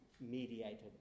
mediated